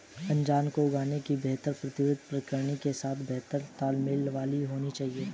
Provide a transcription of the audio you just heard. अनाज को उगाने की बेहतर प्रविधि सदैव प्रकृति के साथ बेहतर तालमेल वाली होनी चाहिए